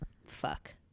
fuck